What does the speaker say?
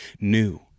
new